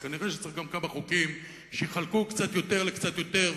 אז כנראה שצריך גם כמה חוקים שיחלקו קצת יותר לקצת יותר,